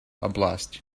oblast